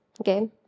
okay